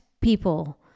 people